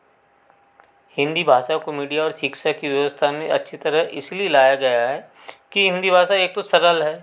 हिंदी भाषा को मीडिया और शिक्षा की व्यवस्था में अच्छी तरह इसलिए लाया गया है कि हिंदी भाषा एक कुछ सरल है